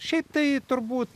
šiaip tai turbūt